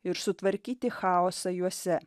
ir sutvarkyti chaosą juose